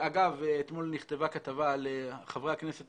אגב אתמול נכתבה כתבה על חברי הכנסת